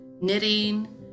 knitting